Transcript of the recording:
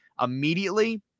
immediately